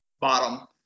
bottom